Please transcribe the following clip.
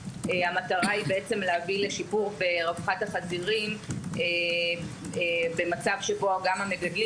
המטרה היא להביא לשיפור ברווחת החזירים במצב שבו גם המגדלים